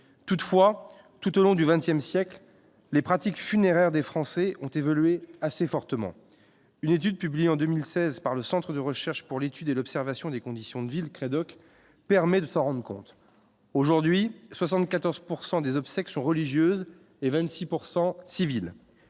toutefois tout au long du XXe siècle, les pratiques funéraires des Français ont évolué assez fortement une étude publiée en 2016 par le Centre de recherche pour l'étude et l'observation des conditions de vie, le Crédoc permet de s'en rendent compte aujourd'hui 74 pourcent des obsèques sont religieuses et 26